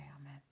amen